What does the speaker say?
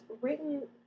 written